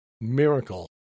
miracle